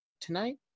Tonight